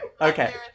Okay